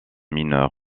mineurs